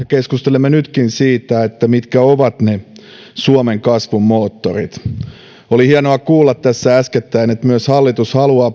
keskustelemme nytkin siitä mitkä ovat ne suomen kasvun moottorit oli hienoa kuulla tässä äskettäin että myös hallitus haluaa